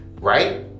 right